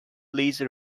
please